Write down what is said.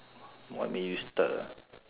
what made you start ah